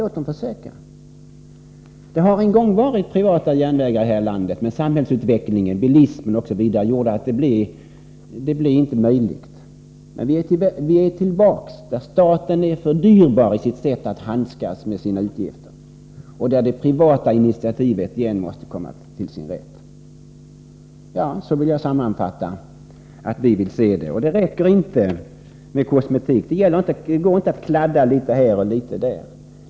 Låt det försöka! Det har en gång funnits privata järnvägar här i landet, men samhällsutvecklingen, bilismen osv. gjorde att det inte var möjligt att fortsätta driften. Vi är tillbaks i den situationen att staten har ett för dyrbart sätt att handskas med sina utgifter. Det privata initiativet måste igen komma till sin rätt. Så vill jag sammanfatta vår syn. Det räcker inte med kosmetik. Det går inte att kladda litet här och litet där.